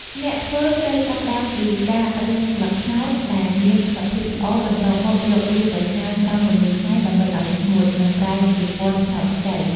អ្នកធ្វើត្រូវចាប់ផ្តើមពី ការរើសស្លឹកត្នោត ដែលមានសភាពល្អ បន្ទាប់មកយកវាទៅ ហាលក្រោមពន្លឺថ្ងៃ ដើម្បីឱ្យស្ងួត និងប្រែជាពណ៌ត្នោតខ្ចី។